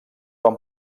van